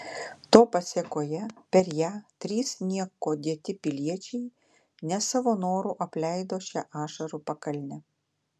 to pasėkoje per ją trys nieko dėti piliečiai ne savo noru apleido šią ašarų pakalnę